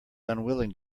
unwilling